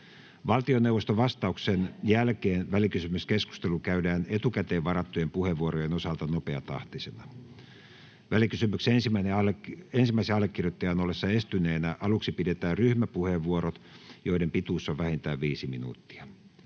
Valtioneuvoston vastauksen jälkeen välikysymyskeskustelu käydään etukäteen varattujen puheenvuorojen osalta nopeatahtisena. Välikysymyksen ensimmäisen allekirjoittajan ollessa estyneenä pidetään aluksi ryhmäpuheenvuorot, joiden pituus on enintään 5 minuuttia.